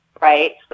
right